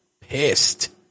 pissed